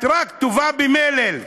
את טובה רק במלל.